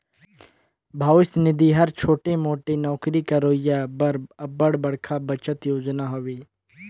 भविस निधि हर छोटे मोटे नउकरी करोइया बर अब्बड़ बड़खा बचत योजना हवे